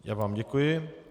Já vám děkuji.